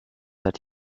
that